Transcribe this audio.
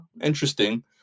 Interesting